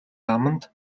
аманд